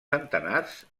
centenars